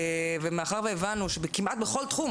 מאחר שהבנו שכמעט בכל תחום